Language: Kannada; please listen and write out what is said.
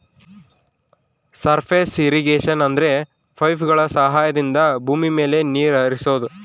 ಸರ್ಫೇಸ್ ಇರ್ರಿಗೇಷನ ಅಂದ್ರೆ ಪೈಪ್ಗಳ ಸಹಾಯದಿಂದ ಭೂಮಿ ಮೇಲೆ ನೀರ್ ಹರಿಸೋದು